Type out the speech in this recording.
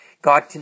God